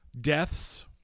deaths